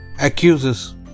accuses